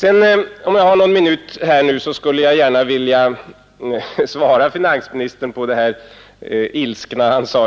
Då jag har någon minut till godo skulle jag gärna vilja svara på det ilskna uttalande som finansministern gjorde